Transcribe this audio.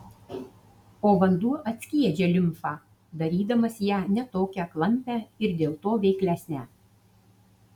o vanduo atskiedžia limfą darydamas ją ne tokią klampią ir dėl to veiklesnę